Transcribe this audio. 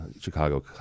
Chicago